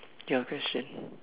your question